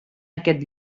aquest